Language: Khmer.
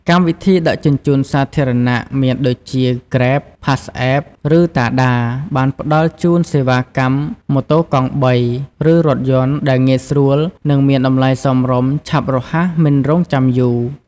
កម្មវិធីដឹកជញ្ជូនសាធារណៈមានដូចជា គ្រេប (Grab) ផាសអេប (Passapp) ឬតាដា (Tada) បានផ្តល់ជូនសេវាកម្មម៉ូតូកង់បី ឬរថយន្ត ដែលងាយស្រួល និងមានតម្លៃសមរម្យ ឆាប់រហ័សមិនរង់ចាំយូរ។